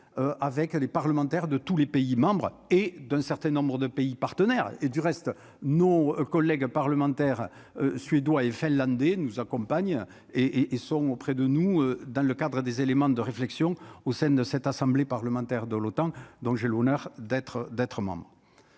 avec les parlementaires de tous les pays membres et d'un certain nombres de pays partenaires et du reste, nos collègues parlementaires suédois et finlandais nous accompagne et et son auprès de nous, dans le cadre des éléments de réflexion au sein de cette assemblée parlementaire de l'OTAN, donc j'ai l'honneur d'être d'être